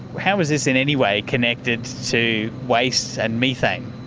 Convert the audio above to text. how is this in any way connected to waste and methane?